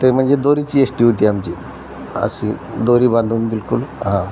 ते म्हणजे दोरीची येश्टी होती आमची अशी दोरी बांधून बिलकुल हां